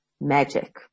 magic